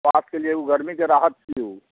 लिए गर्मीके राहत छियै ओ